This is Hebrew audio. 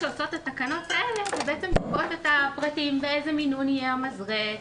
התקנות שלפנינו קובעות את הפרטים: באיזה מינון יהיה המזרק,